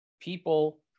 people